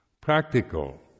practical